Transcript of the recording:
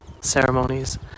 ceremonies